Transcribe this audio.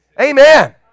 Amen